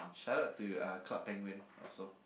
shoutout to uh Club Penguin also